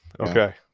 Okay